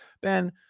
Ben